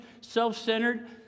self-centered